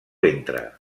ventre